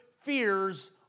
fears